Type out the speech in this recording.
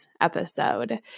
episode